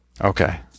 Okay